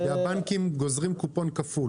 כי הבנקים גוזרים קופון כפול.